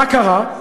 מה קרה?